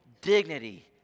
dignity